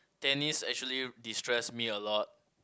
tennis actually destress me a lot